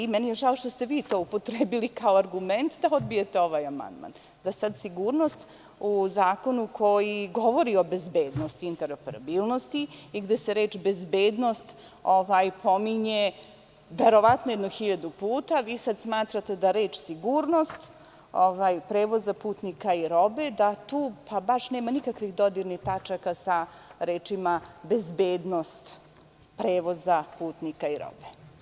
Žao mi je što ste vi to upotrebili kao argument da odbijete ovaj amandman, da sigurnost u zakonu koji govori o bezbednosti i interoperabilnosti i gde se reč „bezbednost“ pominje verovatno jedno hiljadu puta, sada smatrate da reč „sigurnost prevoza putnika i robe“, da nema nikakvih dodirnih tačaka sa rečima „bezbednost prevoza putnika i robe“